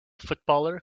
footballer